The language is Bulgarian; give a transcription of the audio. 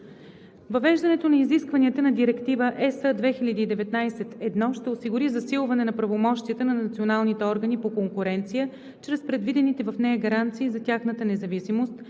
Въвеждането на изискванията на Директива (ЕС) 2019/1 ще осигури засилване на правомощията на националните органи по конкуренция чрез предвидените в нея гаранции за тяхната независимост,